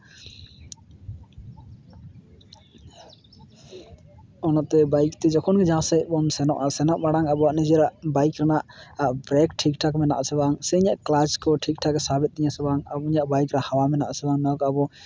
ᱚᱱᱟᱛᱮ ᱵᱟᱭᱤᱠ ᱛᱮ ᱡᱚᱠᱷᱚᱱ ᱡᱟᱦᱟᱸ ᱥᱮᱡ ᱵᱚᱱ ᱥᱮᱱᱚᱜᱼᱟ ᱥᱮᱱᱚᱜ ᱢᱟᱲᱟᱝ ᱟᱵᱚᱣᱟᱜ ᱱᱤᱡᱮᱨᱟᱜ ᱵᱟᱭᱤᱠ ᱨᱮᱱᱟᱜ ᱵᱨᱮᱠ ᱴᱷᱤᱠᱼᱴᱷᱟᱠ ᱢᱮᱱᱟᱜᱼᱟᱥᱮ ᱵᱟᱝ ᱥᱮ ᱤᱧᱟᱹᱜ ᱠᱞᱟᱡᱽ ᱠᱚ ᱴᱷᱤᱠᱼᱴᱷᱟᱠᱮ ᱥᱟᱵ ᱮᱫ ᱛᱤᱧᱟᱹ ᱥᱮ ᱵᱟᱝ ᱟᱨ ᱩᱱᱤᱭᱟᱜ ᱵᱟᱭᱤᱠ ᱨᱮ ᱦᱟᱣᱟ ᱢᱮᱱᱟᱜᱼᱟ ᱥᱮ ᱵᱟᱝ ᱱᱚᱣᱟ ᱠᱚ ᱟᱵᱚ